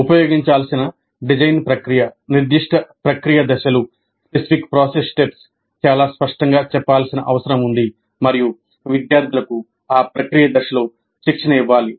ఉపయోగించాల్సిన డిజైన్ ప్రక్రియ నిర్దిష్ట ప్రక్రియ దశలు చాలా స్పష్టంగా చెప్పాల్సిన అవసరం ఉంది మరియు విద్యార్థులకు ఆ ప్రక్రియ దశల్లో శిక్షణ ఇవ్వాలి